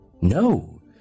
No